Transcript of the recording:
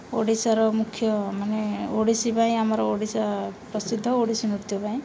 ଓଡ଼ିଶାର ମୁଖ୍ୟ ମାନେ ଓଡ଼ିଶୀ ପାଇଁ ଆମର ଓଡ଼ିଶା ପ୍ରସିଦ୍ଧ ଓଡ଼ିଶୀ ନୃତ୍ୟ ପାଇଁ